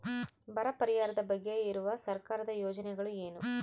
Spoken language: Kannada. ಬರ ಪರಿಹಾರದ ಬಗ್ಗೆ ಇರುವ ಸರ್ಕಾರದ ಯೋಜನೆಗಳು ಏನು?